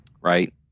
Right